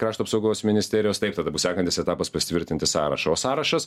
krašto apsaugos ministerijos taip tada bus sekantis etapas pasitvirtinti sąrašą o sąrašas